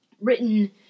written